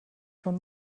schon